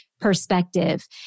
perspective